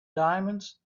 diamonds